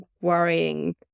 worrying